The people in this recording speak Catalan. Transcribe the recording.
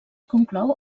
conclou